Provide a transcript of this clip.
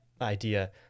idea